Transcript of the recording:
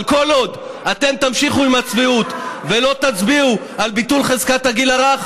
אבל כל עוד אתם תמשיכו עם הצביעות ולא תצביעו על ביטול חזקת הגיל הרך,